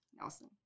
Nelson